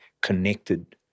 connected